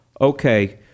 Okay